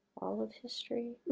all of history,